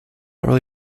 really